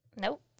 Nope